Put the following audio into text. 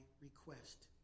request